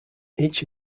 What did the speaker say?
each